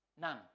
None